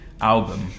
album